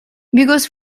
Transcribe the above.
because